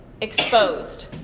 exposed